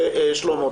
שלמה.